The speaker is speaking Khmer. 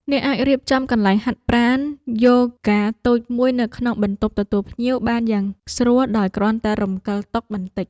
អ្នកអាចរៀបចំកន្លែងហាត់ប្រាណយូហ្គាតូចមួយនៅក្នុងបន្ទប់ទទួលភ្ញៀវបានយ៉ាងស្រួលដោយគ្រាន់តែរំកិលតុបន្តិច។